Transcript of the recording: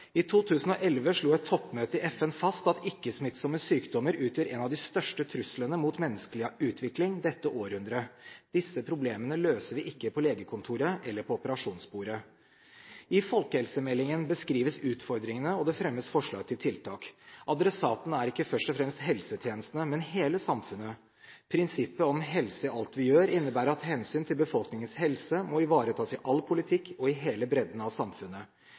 I 2011 slo et toppmøte i FN fast at ikke-smittsomme sykdommer utgjør en av de største truslene mot menneskelig utvikling dette århundret. Disse problemene løser vi ikke på legekontoret eller på operasjonsbordet. I folkehelsemeldingen beskrives utfordringene, og det fremmes forslag til tiltak. Adressaten er ikke først og fremst helsetjenestene, men hele samfunnet. Prinsippet om «helse i alt vi gjør» innebærer at hensyn til befolkningens helse må ivaretas i all politikk og i hele bredden av samfunnet.